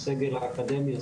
הסגל האקדמי,